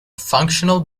functional